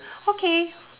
okay